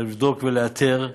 אלא לבדוק ולאתר,